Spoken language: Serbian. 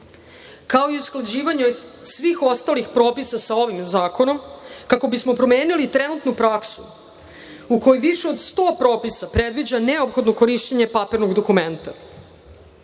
kao i usklađivanje svih ostalih propisa sa ovim zakonom, kako bismo promenili trenutnu praksu u kojoj više od 100 propisa predviđa neophodno korišćenje papirnog dokumenta. Samo